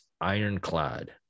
ironclad